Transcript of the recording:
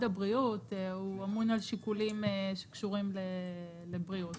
הבריאות אמון על שיקולים שקשורים לבריאות.